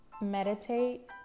Meditate